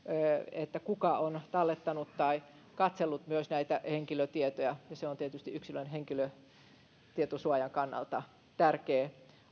kuka on tallettanut tai katsellut henkilötietoja ja se on tietysti yksilön henkilötietosuojan kannalta tärkeä